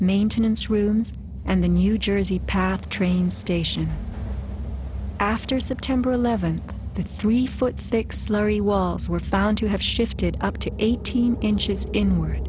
maintenance rooms and the new jersey path train station after september eleventh the three foot thick slurry walls were found to have shifted up to eighteen inches inward